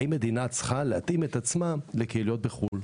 האם מדינה צריכה להתאים את עצמה לקהילות בחו"ל?